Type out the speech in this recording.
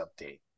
update